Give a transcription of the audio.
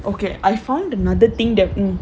okay I find another thing there